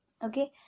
Okay